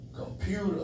Computer